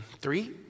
Three